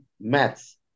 maths